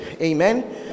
Amen